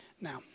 Now